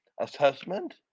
assessment